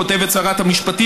כותבת שרת המשפטים,